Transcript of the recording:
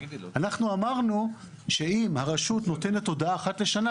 אנחנו אמרנו שאם הרשות נותנת הודעה אחת לשנה,